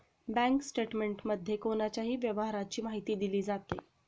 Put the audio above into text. bank स्टेटमेंटमध्ये कोणाच्याही व्यवहाराची माहिती दिली जाते